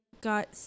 got